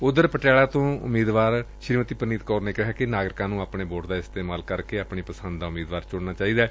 ਉਂਧਰ ਪਟਿਆਲਾ ਤੋਂ ਉਮੀਦਵਾਰ ਪਰਨੀਤ ਕੌਰ ਨੇ ਕਿਹੈ ਕਿ ਨਾਗਰਿਕਾਂ ਨੂੰ ਆਪਣੇ ਵੋਟ ਦਾ ਇਸਤੇਮਾਲ ਕਰਕੇ ਆਪਣੀ ਪਸੰਦ ਦਾ ਉਮੀਦਵਾਰ ਚੁਣਨਾ ਚਾਹੀਦਾ ਹੈ